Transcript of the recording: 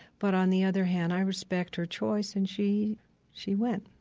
but on the other hand, i respect her choice, and she she went.